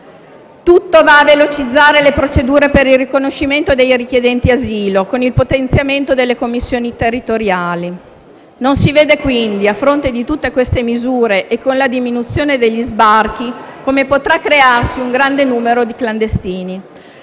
Tutto va a velocizzare le procedure per il riconoscimento dei richiedenti asilo, con il potenziamento delle commissioni territoriali. Non si vede quindi, a fronte di tutte queste misure e con la diminuzione degli sbarchi, come potrà crearsi un grande numero di clandestini.